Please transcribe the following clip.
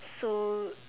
so